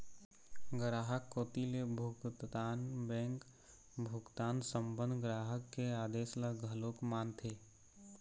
गराहक कोती ले भुगतान बेंक भुगतान संबंध ग्राहक के आदेस ल घलोक मानथे